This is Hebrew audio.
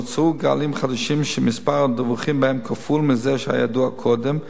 נוצרו גלים חדשים שמספר הדיווחים בהם כפול מזה שהיה ידוע קודם,